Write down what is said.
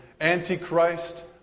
Antichrist